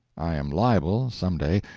i am liable, some day,